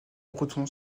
breton